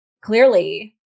clearly